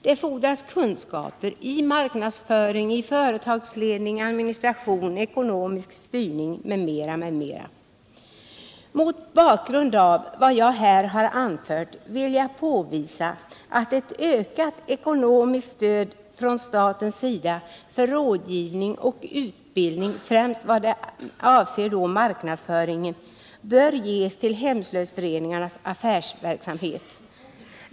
Det fordras kunskaper i marknadsföring, företagsledning, administration, ekonomisk styrning m.m. Mot bakgrund av vad jag här har anfört vill jag påvisa att ett ökat ekonomiskt stöd från statens sida för rådgivning och utbildning, främst avseende marknadsföring, bör ges till hemslöjdsföreningarnas affärsverksamhet.